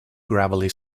gravelly